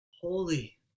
holy